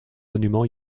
monument